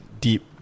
deep